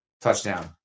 touchdown